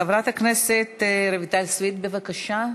חברת הכנסת רויטל סויד, בבקשה.